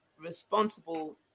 responsible